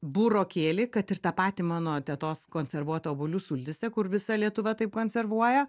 burokėlį kad ir tą patį mano tetos konservuotą obuolių sultyse kur visa lietuva taip konservuoja